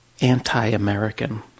anti-American